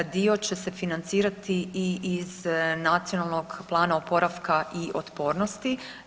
Dio će se financirati i iz Nacionalnog plana oporavka i otpornosti.